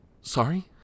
sorry